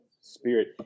Spirit